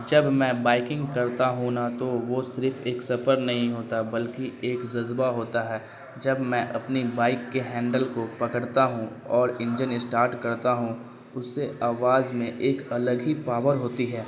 جب میں بائکنگ کرتا ہوں نہ تو وہ صرف ایک سفر نہیں ہوتا بلکہ ایک جذبہ ہوتا ہے جب میں اپنی بائک کے ہینڈل کو پکڑتا ہوں اور انجن اسٹارٹ کرتا ہوں اس سے آواز میں ایک الگ ہی پاور ہوتی ہے